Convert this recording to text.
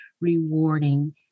rewarding